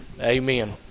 Amen